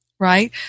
Right